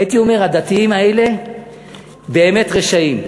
הייתי אומר: הדתיים האלה באמת רשעים.